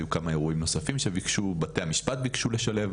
היו כמה אירועים נוספים שבתי משפט ביקשו לשלב,